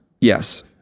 Yes